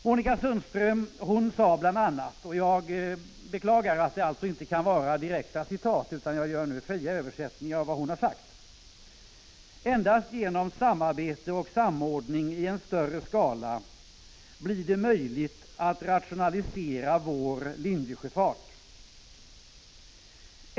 Monica Sundström sade bl.a.: Endast genom samarbete och samordning i en större skala blir det möjligt att rationalisera vår linjesjöfart.